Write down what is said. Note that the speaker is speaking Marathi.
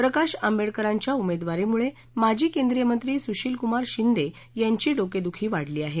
प्रकाश आंबेडकरांच्या उमेवादरीमुळे माजी केंद्रीय मंत्री सुशिलकुमार शिंदे यांची डोकेट्छी वाढली आहे